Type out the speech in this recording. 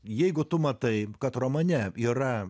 jeigu tu matai kad romane yra